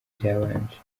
byabanje